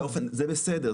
זה בסדר.